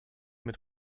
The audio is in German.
mit